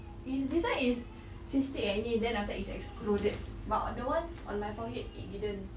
is this [one] is cystic acne then after that it exploded but the ones on my forehead it didn't